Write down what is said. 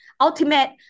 ultimate